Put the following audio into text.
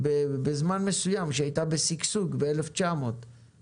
שאלו את זה כשהיא הייתה בשגשוג ב-1900.